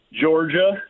Georgia